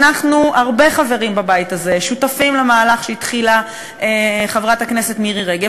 הרבה חברים בבית הזה שותפים למהלך שהתחילה חברת הכנסת מירי רגב,